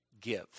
give